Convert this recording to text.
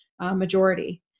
majority